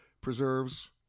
preserves